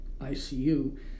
ICU